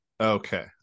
okay